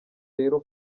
rero